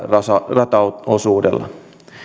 rataosuudella